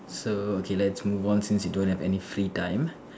so okay let's move on since you don't have any free time